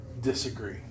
disagree